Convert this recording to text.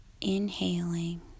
Inhaling